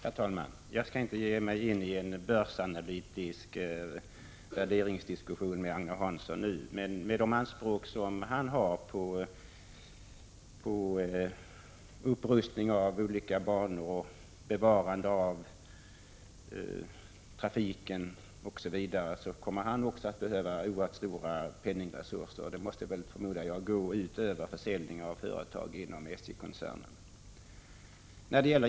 Herr talman! Jag skall inte ge mig in i en börsanalytisk värderingsdiskussion med Agne Hansson nu, men med de anspråk han har på upprustning av olika banor, bevarande av trafiken osv. kommer han också att behöva oerhört stora penningresurser, och det måste förmodligen gå ut över försäljning av företag inom SJ-koncernen.